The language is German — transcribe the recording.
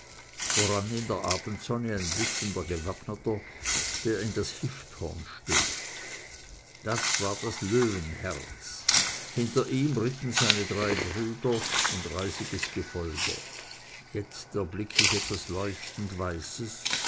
voran in der abendsonne ein blitzender gewappneter der in das hifthorn stößt das war das löwenherz hinter ihm ritten seine drei brüder und ein reisiges gefolge jetzt erblick ich etwas leuchtend weißes